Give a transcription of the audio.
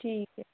ਠੀਕ ਹੈ